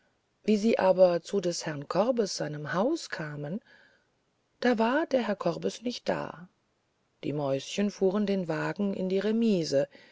wie sie aber zu des herrn korbes seinem haus kamen war der herr korbes nicht da die mäuschen fuhren den wagen in die remise